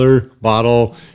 bottle